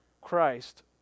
Christ